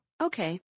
Okay